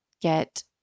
get